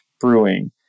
brewing